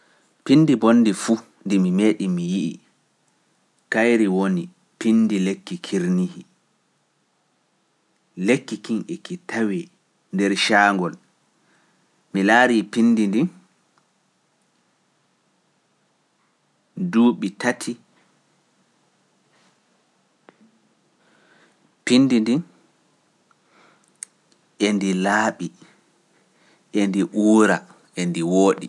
Pindi bonndi fuu ndi mi meeɗi mi yi’i, kayri woni pindi lekki kirnihi. Lekki kin eki tawa nder caangol. Mi laarii pindi ndin endi laaɓi, endi uura, endi wooɗi.